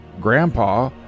grandpa